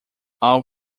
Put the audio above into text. all